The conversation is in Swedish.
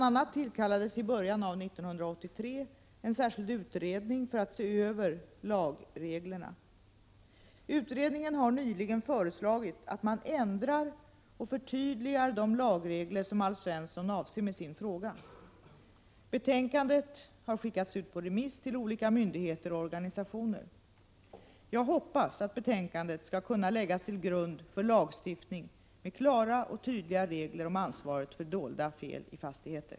a. tillkallades i början av år 1983 en särskild utredning för att se över lagreglerna. Utredningen har nyligen föreslagit att man ändrar och förtydligar de lagregler som Alf Svensson avser med sin fråga. Betänkandet har skickats ut på remiss till olika myndigheter och organisationer. Jag hoppas att betänkandet skall kunna läggas till grund för lagstiftning med klara och tydliga regler om ansvaret för dolda fel i fastigheter.